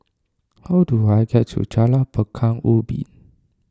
how do I get to Jalan Pekan Ubin